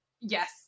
Yes